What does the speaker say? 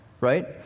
right